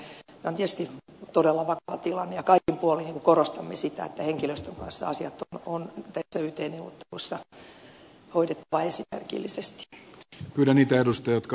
tämä on tietysti todella vakava tilanne ja kaikin puolin korostamme sitä että henkilöstön kanssa asiat on näissä yt neuvotteluissa hoidettava esimerkillisesti